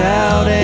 out